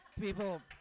People